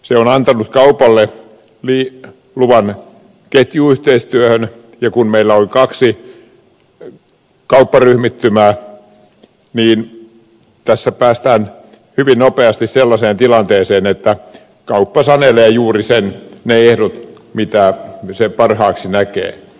se on antanut kaupalle luvan ketjuyhteistyöhön ja kun meillä on kaksi kaupparyhmittymää niin tässä päästään hyvin nopeasti sellaiseen tilanteeseen että kauppa sanelee juuri ne ehdot jotka se parhaaksi näkee